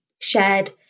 shared